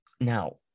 Now